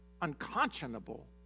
unconscionable